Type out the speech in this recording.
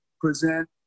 present